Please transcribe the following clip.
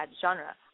genre